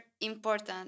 important